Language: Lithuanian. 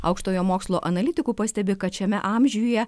aukštojo mokslo analitikų pastebi kad šiame amžiuje